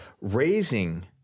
raising